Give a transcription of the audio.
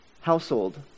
household